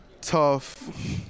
tough